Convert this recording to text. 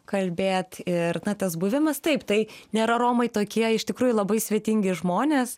kalbėt ir tas buvimas taip tai nėra romai tokie iš tikrųjų labai svetingi žmonės